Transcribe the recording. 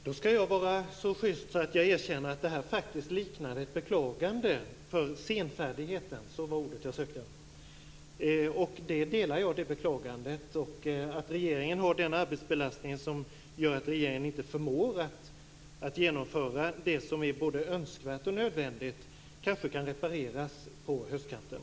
Fru talman! Jag skall vara så schyst att jag erkänner att detta liknade ett beklagande över senfärdigheten. Jag instämmer i det beklagandet. Regeringen har en arbetsbelastning som gör att man inte förmår att genomföra det som är både önskvärt och nödvändigt. Det kanske kan repareras på höstkanten.